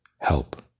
Help